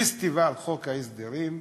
פסטיבל חוק ההסדרים,